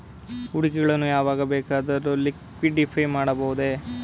ಹೂಡಿಕೆಗಳನ್ನು ಯಾವಾಗಲಾದರೂ ಲಿಕ್ವಿಡಿಫೈ ಮಾಡಬಹುದೇ?